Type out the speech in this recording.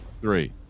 three